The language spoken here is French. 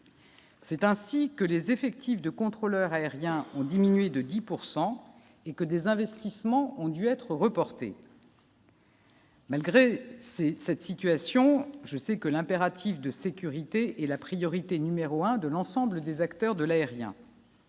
C'est ainsi que les effectifs de contrôleurs aériens ont diminué de 10 pourcent et que des investissements ont dû être reportées. Malgré cette situation, je sais que l'impératif de sécurité est la priorité numéro un de l'ensemble des acteurs de l'aérien.